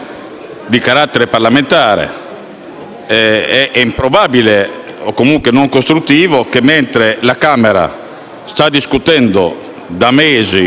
è improbabile o comunque non costruttivo che, mentre la Camera sta discutendo da mesi sullo stesso argomento,